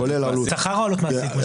זה שכר או עלות מעסיק?